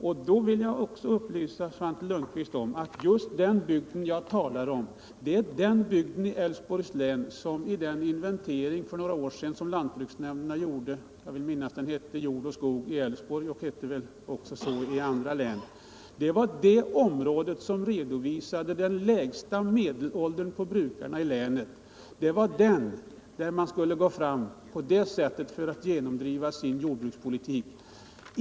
Jag vill också upplysa Svante Lundkvist om att just den bygden i Älvsborgs län i den inventering som gjordes för några år sedan av lantbruksnämnderna — jag vill minnas att den hette Jord och skog i Älvsborg och hade väl motsvarande namn i andra län — var det område som redovisade den lägsta medelåldern hos brukarna i länet. Det var i den bygden som socialdemokraterna skulle gå fram på det sättet för att genomdriva sin jordbrukspolitik.